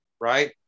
right